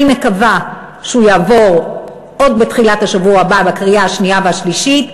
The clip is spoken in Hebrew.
אני מקווה שהוא יעבור בתחילת השבוע הבא בקריאה השנייה והשלישית,